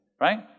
right